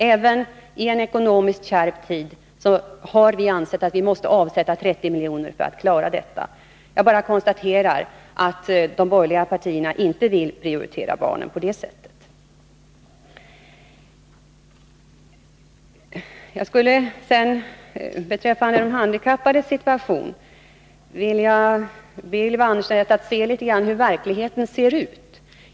Även i en ekonomiskt kärv tid har vi ansett att vi måste avsätta 30 milj.kr. för att klara detta. Jag bara konstaterar att de borgerliga partierna inte vill prioritera barnen på det sättet. Beträffande de handikappades situation skulle jag vilja be Ylva Annerstedt att se litet grand på hur verkligheten ser ut.